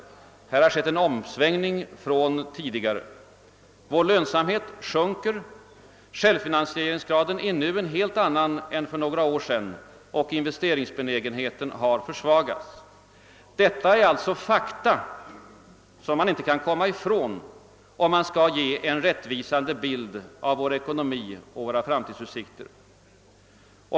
Här har skett en omsvängning. Vår lönsamhet sjunker. Självfinansieringsgraden är en helt annan än för några år sedan och investeringsbenägenheten har försvagats. Detta är alltså fakta som man inte kan komma ifrån, om man skall ge en rättvisande bild av vår ekonomi och våra framtidsutsikter.